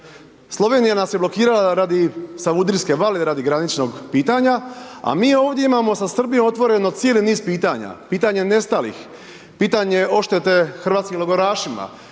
Slovenija nas je blokirala radi Savudrijske vale, radi graničnog pitanja, a mi ovdje imamo sa Srbijom otvoreno cijeli niz pitanja, pitanja nestalih, pitanje oštete hrvatskih logorašima,